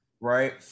right